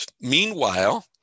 Meanwhile